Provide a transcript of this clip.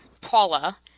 Paula